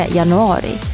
januari